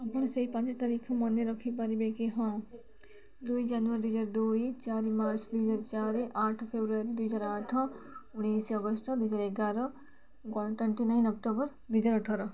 ଆପଣ ସେଇ ପାଞ୍ଚ ତାରିଖ ମନେ ରଖିପାରିବେ କି ହଁ ଦୁଇ ଜାନୁଆରୀ ଦୁଇହଜାର ଦୁଇ ଚାରି ମାର୍ଚ୍ଚ ଦୁଇହଜାର ଚାରି ଆଠ ଫେବୃଆରୀ ଦୁଇହଜାର ଆଠ ଉଣେଇଶ ଅଗଷ୍ଟ ଦୁଇହଜାର ଏଗାର ଟ୍ୱେଣ୍ଟି ନାଇନ ଅକ୍ଟୋବର ଦୁଇହଜାର ଅଠର